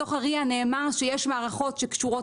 בתוך ה-RIA נאמר שיש מערכות שקשורות